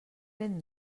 ben